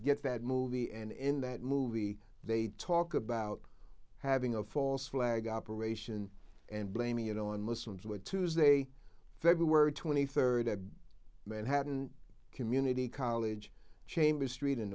get that movie and in that movie they talk about having a false flag operation and blaming it on muslims were tuesday february twenty third at manhattan community college chambers street in